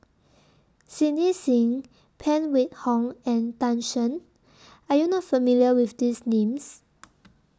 Cindy SIM Phan Wait Hong and Tan Shen Are YOU not familiar with These Names